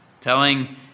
telling